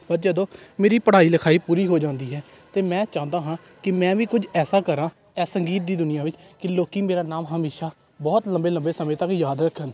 ਪਰ ਜਦੋਂ ਮੇਰੀ ਪੜ੍ਹਾਈ ਲਿਖਾਈ ਪੂਰੀ ਹੋ ਜਾਂਦੀ ਹੈ ਤਾਂ ਮੈਂ ਚਾਹੁੰਦਾ ਹਾਂ ਕਿ ਮੈਂ ਵੀ ਕੁਝ ਐਸਾ ਕਰਾਂ ਇਹ ਸੰਗੀਤ ਦੀ ਦੁਨੀਆ ਵਿੱਚ ਕਿ ਲੋਕ ਮੇਰਾ ਨਾਮ ਹਮੇਸ਼ਾ ਬਹੁਤ ਲੰਬੇ ਲੰਬੇ ਸਮੇਂ ਤੱਕ ਯਾਦ ਰੱਖਣ